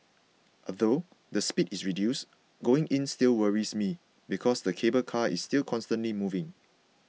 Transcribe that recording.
although the speed is reduced going in still worries me because the cable car is still constantly moving